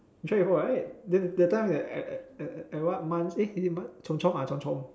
you try before right that that time at at at at what mun~ eh is it mun~ chomp chomp ah chomp chomp